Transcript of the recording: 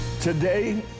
Today